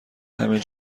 همین